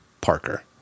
Parker